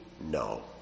no